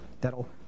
That'll